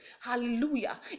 Hallelujah